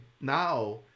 now